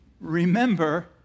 remember